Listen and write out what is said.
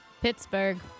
Pittsburgh